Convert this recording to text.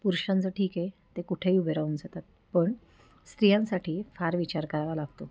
पुरुषांचं ठीक आहे ते कुठेही उभे राहून जातात पण स्त्रियांसाठी फार विचार करावा लागतो